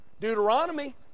Deuteronomy